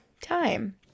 time